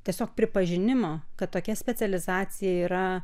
tiesiog pripažinimo kad tokia specializacija yra